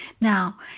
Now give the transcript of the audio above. Now